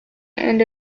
and